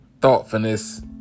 thoughtfulness